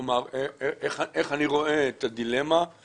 אומר איך אני רואה את הדילמה אם